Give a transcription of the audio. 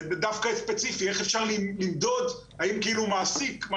ודווקא ספציפית איך אפשר לבדוק האם מעסיק מה